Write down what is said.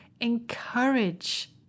encourage